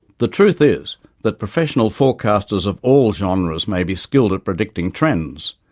the truth is that professional forecasters of all genres may be skilled at predicting trends,